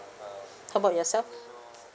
ya how about yourself